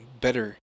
better